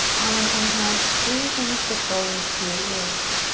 on an inhale squeeze and lift the shoulders to your ears.